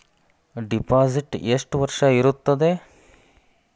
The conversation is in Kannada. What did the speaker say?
ಡಿಪಾಸಿಟ್ ಎಷ್ಟು ವರ್ಷ ಇರುತ್ತದೆ?